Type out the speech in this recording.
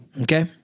Okay